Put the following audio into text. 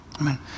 Amen